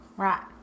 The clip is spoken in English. Right